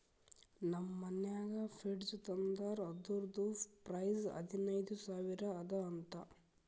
ನಮ್ ಮನ್ಯಾಗ ಫ್ರಿಡ್ಜ್ ತಂದಾರ್ ಅದುರ್ದು ಪ್ರೈಸ್ ಹದಿನೈದು ಸಾವಿರ ಅದ ಅಂತ